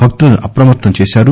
భక్తులను అప్రమత్తం చేశారు